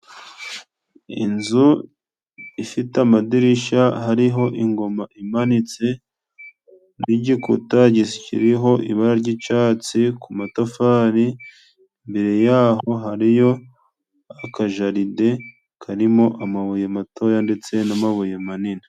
Inzu ifite amadirisha hariho ingoma imanitse, n'igikuta kiriho ibara ry'icatsi ku matafari mbere yaho hariyo akajaride karimo amabuye matoya, ndetse n'amabuye manini.